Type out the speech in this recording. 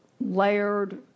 layered